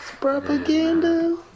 Propaganda